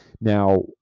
Now